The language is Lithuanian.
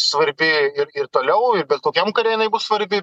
svarbi ir ir toliau ir bet kokiam kare jinai bus svarbi